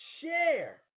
share